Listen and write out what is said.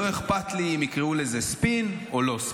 לא אכפת לי אם יקראו לזה ספין או לא ספין.